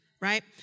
right